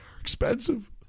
expensive